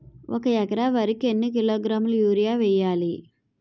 ఒక ఎకర వరి కు ఎన్ని కిలోగ్రాముల యూరియా వెయ్యాలి?